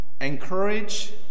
encourage